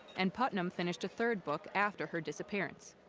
and putnam finished a third book after her disappearance.